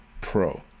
Pro